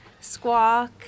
squawk